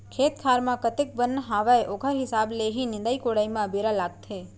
खेत खार म कतेक बन हावय ओकर हिसाब ले ही निंदाई कोड़ाई म बेरा लागथे